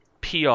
PR